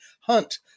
hunt